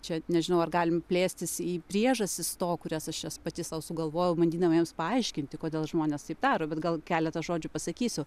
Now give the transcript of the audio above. čia nežinau ar galim plėstis į priežastis to kurias aš jas pati sau sugalvojau bandydama jiems paaiškinti kodėl žmonės taip daro bet gal keletą žodžių pasakysiu